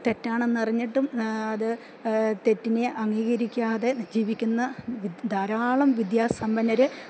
തെറ്റാണെന്നറിഞ്ഞിട്ടും അത് തെറ്റിനെ അംഗീകരിക്കാതെ ജീവിക്കുന്ന വി ധാരാളം വിദ്യാസമ്പന്നര് ഉണ്ട്